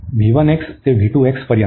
तर ते पर्यंत